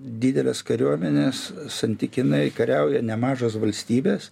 didelės kariuomenės santykinai kariauja nemažos valstybės